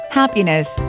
happiness